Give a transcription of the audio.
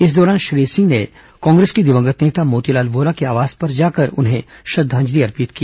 इस दौरान श्री सिंह ने कांग्रेस के दिवंगत नेता मोतीलाल वोरा के आवास पर जाकर उन्हें श्रद्वांजलि अर्पित की